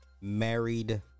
married